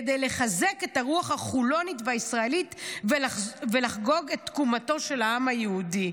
כדי לחזק את הרוח החולונית והישראלית ולחגוג את תקומתו של העם היהודי.